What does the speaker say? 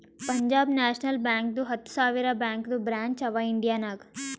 Punjab national ಬ್ಯಾಂಕ್ದು ಹತ್ತ ಸಾವಿರ ಬ್ಯಾಂಕದು ಬ್ರ್ಯಾಂಚ್ ಅವಾ ಇಂಡಿಯಾ ನಾಗ್